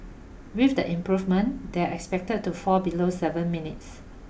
with the improvement they are expected to fall below seven minutes